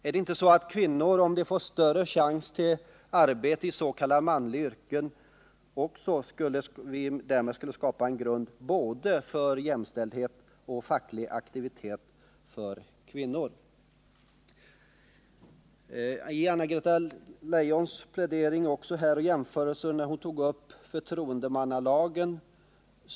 Är det inte så att om kvinnor får större chans till arbete i s.k. manliga yrken så skapar vi därmed en grund både för jämställdhet och för facklig aktivitet för kvinnor? Anna-Greta Leijon tog också i sin plädering upp en jämförelse med förtroendemannalagen.